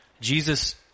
Jesus